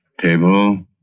table